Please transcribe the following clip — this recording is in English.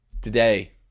today